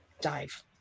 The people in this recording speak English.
dive